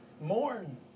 Mourn